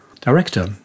director